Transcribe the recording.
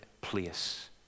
place